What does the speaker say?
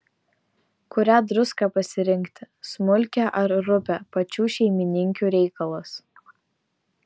kurią druską pasirinkti smulkią ar rupią pačių šeimininkių reikalas